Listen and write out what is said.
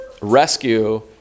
rescue